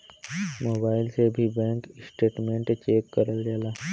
mobile से भी bank statement check करल जाला